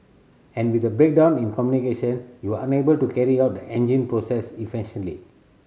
and with a breakdown in communication you are unable to carry out the engine process efficiently